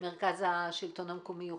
מרכז השלטון המקומי?